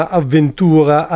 avventura